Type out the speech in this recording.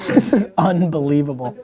this is unbelievable.